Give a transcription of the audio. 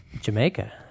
Jamaica